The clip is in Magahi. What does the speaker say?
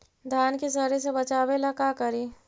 धान के सड़े से बचाबे ला का करि?